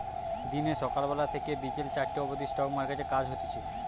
দিনে সকাল বেলা থেকে বিকেল চারটে অবদি স্টক মার্কেটে কাজ হতিছে